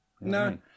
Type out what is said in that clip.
No